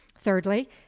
thirdly